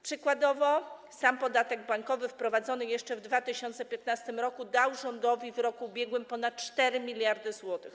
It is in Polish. Przykładowo sam podatek bankowy, wprowadzony jeszcze w 2015 r., dał rządowi w roku ubiegłym ponad 4 mld zł.